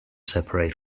separate